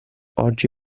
oggi